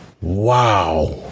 Wow